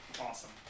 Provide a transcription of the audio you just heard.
Awesome